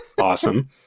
awesome